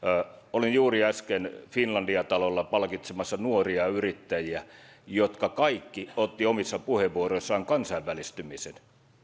olin juuri äsken finlandia talolla palkitsemassa nuoria yrittäjiä jotka kaikki ottivat omissa puheenvuoroissaan esiin kansainvälistymisen